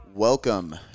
Welcome